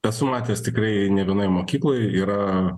esu matęs tikrai ne vienoj mokykloj yra